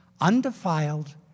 undefiled